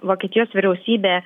vokietijos vyriausybė